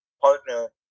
partner